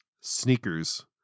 Sneakers